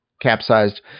capsized